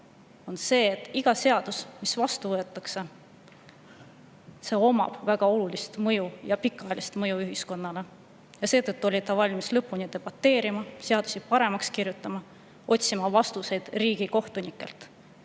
on arvestada, et iga seadus, mis vastu võetakse, omab väga olulist ja seejuures ka pikaajalist mõju ühiskonnale. Seetõttu oli ta valmis lõpuni debateerima, seadusi paremaks kirjutama, otsima vastuseid riigikohtunikelt.